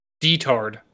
Detard